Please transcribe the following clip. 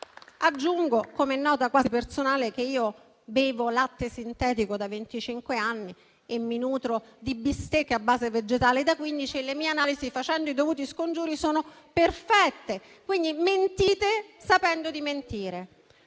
Aggiungo come nota quasi personale che bevo latte sintetico da venticinque anni, mi nutro di bistecche a base vegetale da quindici, e le mie analisi, facendo i dovuti scongiuri, sono perfette. Quindi mentite sapendo di mentire.